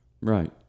right